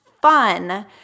fun